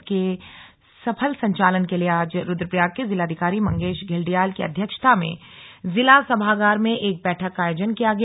इसके सफल संचालन के लिए आज रुद्रप्रयाग के जिलाधिकारी मंगेश घिल्डियाल की अध्यक्षता में जिला सभागार में एक बैठक का आयोजन किया गया